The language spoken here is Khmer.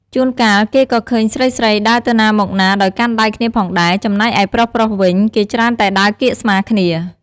ជួនកាល គេក៏ឃើញស្រីៗដើរទៅណាមកណាដោយកាន់ដៃគ្នាផងដែរ ចំណែកឯប្រុសៗវិញ គេច្រើនតែដើរកៀកស្មាគ្នា។